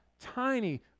tiny